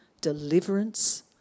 deliverance